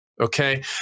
Okay